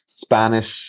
Spanish